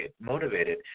motivated